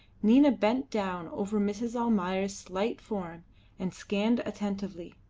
nina bent down over mrs. almayer's slight form and scanned attentively,